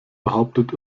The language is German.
behauptet